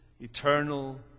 eternal